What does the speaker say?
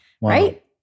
Right